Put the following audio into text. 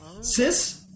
Sis